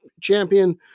champion